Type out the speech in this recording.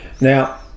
Now